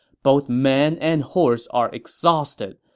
both man and horse are exhausted,